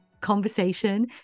conversation